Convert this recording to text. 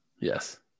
Yes